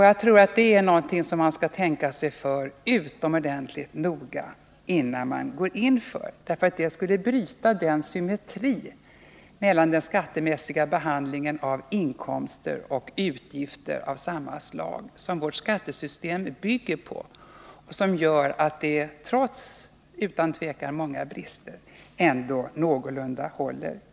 Jag tror att man skall tänka sig för utomordentligt noga innan man går in för något sådant, därför att det skulle bryta den symmetri mellan den skattemässiga behandlingen av inkomster och utgifter av samma slag som vårt skattesystem bygger på och som gör att det — trots att det utan tvivel har många brister — ändå håller ihop någorlunda.